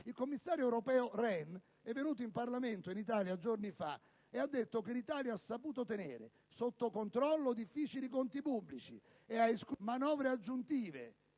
il commissario europeo all'economia, Rehn, è venuto in Parlamento giorni fa e ha detto che l'Italia ha saputo tenere sotto controllo difficili conti pubblici ed ha escluso manovre aggiuntive.